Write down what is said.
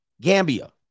Gambia